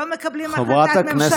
לא מקבלים החלטת ממשלה,